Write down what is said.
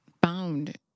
bound